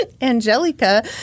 Angelica